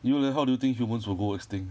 you leh how do you think humans will go extinct